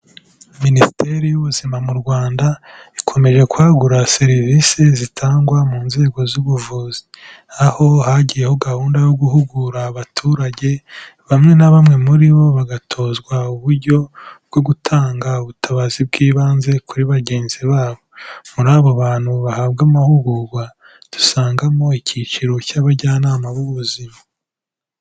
Minisiteri y'ubuzima mu Rwanda, ikomeje kwagura serivisi zitangwa mu nzego z'ubuvuzi, aho hagiyeho gahunda yo guhugura abaturage, bamwe na bamwe muri bo bagatozwa uburyo bwo gutanga ubutabazi bw'ibanze kuri bagenzi babo; muri abo bantu bahabwa amahugurwa, dusangamo icyiciro cy'abajyanama b'ubuzima.